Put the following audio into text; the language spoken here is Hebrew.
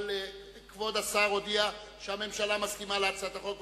כבוד השר הודיע שהממשלה מסכימה להצעת החוק,